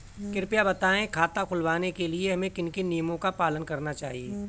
कृपया बताएँ खाता खुलवाने के लिए हमें किन किन नियमों का पालन करना चाहिए?